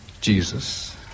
Jesus